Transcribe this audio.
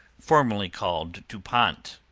formerly called dupont,